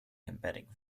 embedding